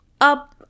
up